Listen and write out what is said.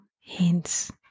hints